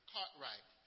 Cartwright